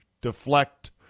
deflect